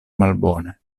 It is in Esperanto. malbone